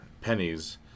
pennies